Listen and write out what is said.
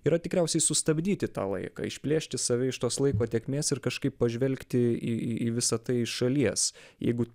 yra tikriausiai sustabdyti tą laiką išplėšti save iš tos laiko tėkmės ir kažkaip pažvelgti į į į visa tai šalies jeigu